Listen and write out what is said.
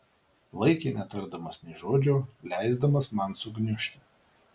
laikė netardamas nė žodžio leisdamas man sugniužti